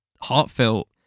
heartfelt